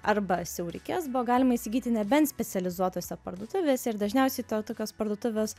arba siaurikes buvo galima įsigyti nebent specializuotose parduotuvėse ir dažniausiai to tokios parduotuvės